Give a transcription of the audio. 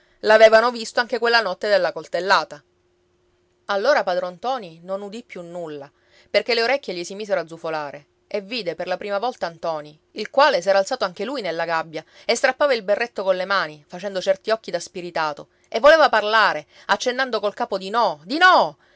l'avevano visto anche quella notte della coltellata allora padron ntoni non udì più nulla perché le orecchie gli si misero a zufolare e vide per la prima volta ntoni il quale s'era alzato anche lui nella gabbia e strappava il berretto colle mani facendo certi occhi da spiritato e voleva parlare accennando col capo di no di no